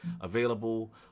available